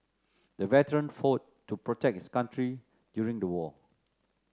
the veteran fought to protect his country during the war